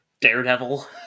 Daredevil